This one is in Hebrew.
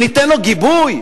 שניתן לו גיבוי?